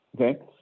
okay